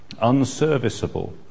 unserviceable